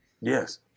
Yes